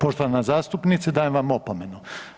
Poštovana zastupnice dajem vam opomenu.